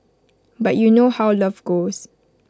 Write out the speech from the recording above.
but you know how love goes